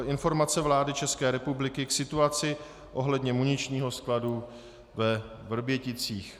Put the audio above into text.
Informace vlády České republiky k situaci ohledně muničního skladu ve Vrběticích